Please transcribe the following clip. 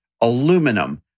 Aluminum